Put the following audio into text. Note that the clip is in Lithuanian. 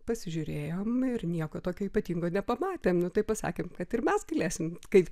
pasižiūrėjom ir nieko tokio ypatingo nepamatėm nu tai pasakėm kad ir mes galėsim kaip